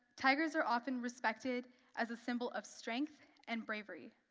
tigers are often respected as a symbol of strength and bravery.